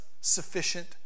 sufficient